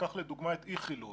ניקח לדוגמה את איכילוב